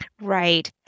Right